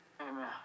Amen